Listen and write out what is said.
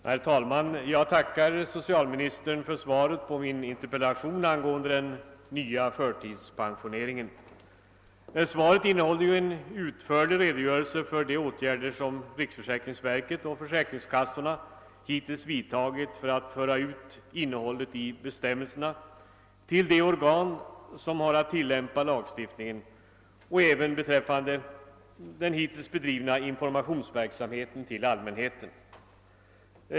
Herr talman! Jag tackar statsrådet för svaret på min interpellation angående den nya förtidspensioneringen. Svaret innehåller en utförlig redogörelse för de åtgärder som riksförsäkringsverket och försäkringskassorna hittills vidtagit för att föra ut innehållet i bestämmelserna till de organ som har att tillämpa lagstiftningen och även beträffande den hittills bedrivna informationsverksamheten = till allmänheten.